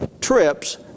trips